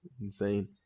Insane